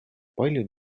paljud